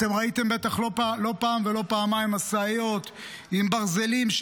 אתם ראיתם בטח לא פעם ולא פעמיים משאיות עם ברזלים,